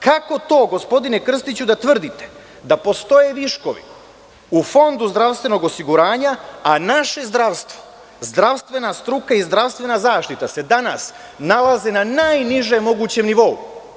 Kako to gospodine Krstiću da tvrdite da postoje viškovi u Fondu zdravstvenog osiguranja, a naše zdravstvo, zdravstvena struka i zdravstvena zaštita se danas nalaze na najnižem mogućem nivou.